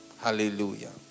Hallelujah